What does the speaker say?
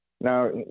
Now